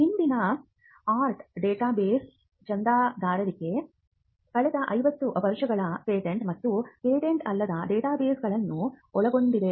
ಹಿಂದಿನ art database ಚಂದಾದಾರಿಕೆ ಕಳೆದ 50 ವರ್ಷಗಳ ಪೇಟೆಂಟ್ ಮತ್ತು ಪೇಟೆಂಟ್ ಅಲ್ಲದ ಡೇಟಾಬೇಸ್ಗಳನ್ನು ಒಳಗೊಂಡಿದೆ